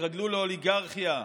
התרגלו לאוליגרכיה,